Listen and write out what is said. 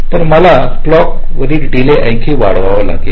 तर मला क्लॉक् करील डीले आणखी वाढावा लागेल